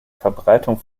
verbreitung